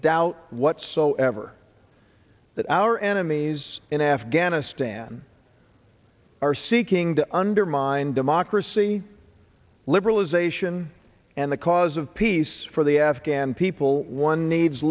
doubt whatsoever that our enemies in afghanistan are seeking to undermine democracy liberalization and the cause of peace for the afghan people one needs